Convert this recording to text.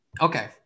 okay